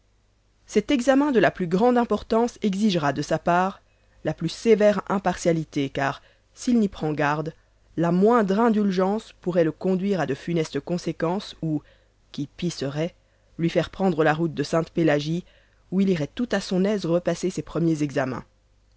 cet examen de la plus grande importance exigera de sa part la plus sévère impartialité car s'il n'y prend garde la moindre indulgence pourrait le conduire à de funestes conséquences ou qui pis serait lui faire prendre la route de sainte-pélagie où il irait tout à son aise repasser ses premiers examens